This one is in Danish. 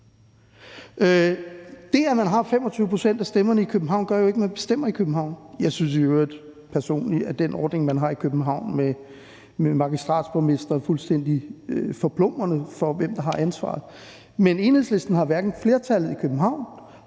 Det, at man har 25 pct. af stemmerne i København, gør jo ikke, at man bestemmer i København. Jeg synes i øvrigt personligt, at den ordning, man har i København med magistratsborgmestre, er fuldstændig forplumrende, i forhold til hvem der har ansvaret. Men Enhedslisten har hverken flertallet i København